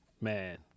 man